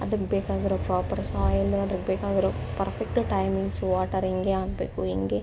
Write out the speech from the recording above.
ಅದಕ್ಕೆ ಬೇಕಾಗಿರೋ proper soil ಅದಕ್ಕೆ ಬೇಕಾಗಿರೋ ಪರ್ಫೆಕ್ಟು ಟೈಮಿಂಗ್ಸು ವಾಟರ್ ಹಿಂಗೆ ಹಾಕ್ಬೇಕು ಹಿಂಗೆ